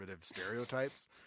stereotypes